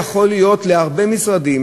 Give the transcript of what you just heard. יכול להיות שלהרבה משרדים